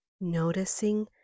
noticing